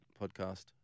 podcast